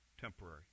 temporary